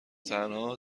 تنها